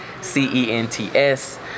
C-E-N-T-S